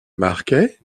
marquet